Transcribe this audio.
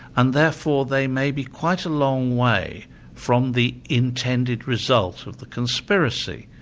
and therefore they may be quite a long way from the intended result of the conspiracy.